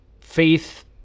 faith